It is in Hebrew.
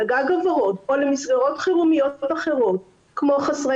לגג הוורוד או למסגרות חירומיות אחרות כמו חסרי